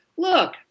look